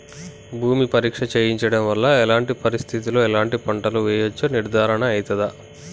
భూమి పరీక్ష చేయించడం వల్ల ఎలాంటి పరిస్థితిలో ఎలాంటి పంటలు వేయచ్చో నిర్ధారణ అయితదా?